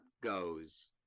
goes